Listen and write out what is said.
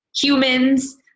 humans